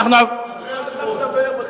אדוני היושב-ראש,